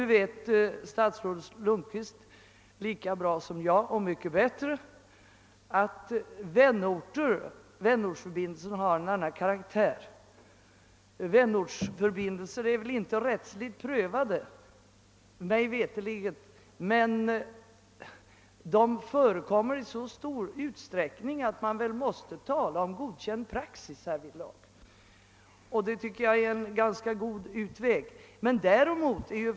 Statsrådet Lundkvist vet mycket bättre än jag att vänortsförbindelserna har en annan karaktär. De är mig veterligt inte rättsligt prövade, men de förekommer i så stor utsträckning att man väl måste tala om godkänd praxis. Det tycker jag är en ganska god utväg.